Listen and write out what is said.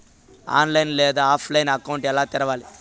online లేదా ఆఫ్లైన్లో account ఎలా తెరవాలి